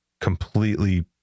completely